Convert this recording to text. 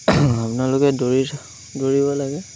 আপোনালোকে দৌৰি দৌৰিব লাগে